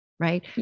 right